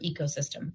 ecosystem